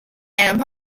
and